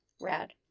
Rad